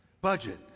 Budget